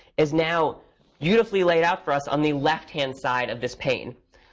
is now beautifully laid out for us on the left-hand side of this pane.